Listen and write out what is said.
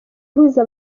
ihuza